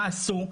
מה עשו,